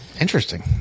Interesting